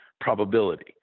probability